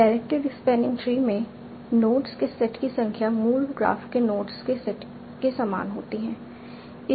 directed spanning tree में nodes के set की संख्या मूल ग्राफ में नोड्स के सेट के समान होती है